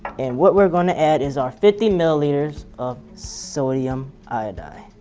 and what we're going to add is our fifty milliliters of sodium iodide.